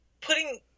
putting